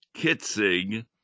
Kitzig